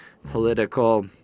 political